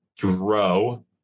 grow